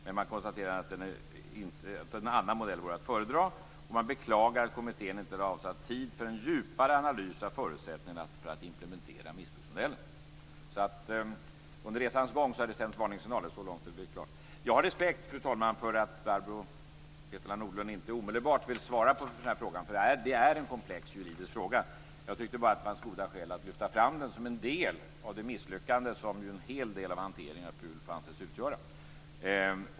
Men man konstaterade att en annan modell vore att föredra och man beklagade att kommittén inte hade avsatt tid för en djupare analys av förutsättningarna för att implementera missbruksmodellen. Under resans gång har det alltså sänts varningssignaler, så långt är det klart. Jag har respekt, fru talman, för att Barbro Hietala Nordlund inte omedelbart vill svara på frågan, för det är en komplex juridisk fråga. Jag tyckte bara att det fanns goda skäl att lyfta fram den som en del av det misslyckande som ju en hel del av hanteringen av PUL får anses utgöra.